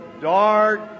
dark